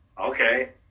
Okay